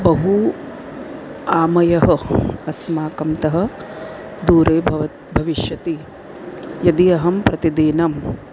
बहु आमयः अस्माकं तः दूरे भवत् भविष्यति यदि अहं प्रतिदिनम्